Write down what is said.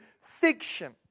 fiction